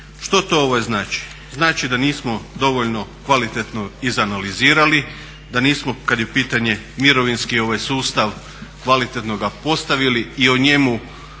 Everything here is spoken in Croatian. Što to znači? Znači da nismo dovoljno kvalitetno izanalizirali, da nismo kada je pitanje mirovinski sustav kvalitetno ga postavili i o njemu